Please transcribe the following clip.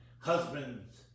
husbands